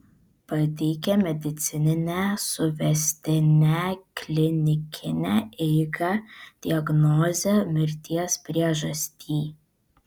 pateikė medicininę suvestinę klinikinę eigą diagnozę mirties priežastį